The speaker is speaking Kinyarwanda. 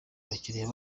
abakiliya